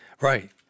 Right